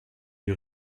die